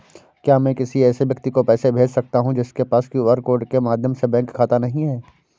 क्या मैं किसी ऐसे व्यक्ति को पैसे भेज सकता हूँ जिसके पास क्यू.आर कोड के माध्यम से बैंक खाता नहीं है?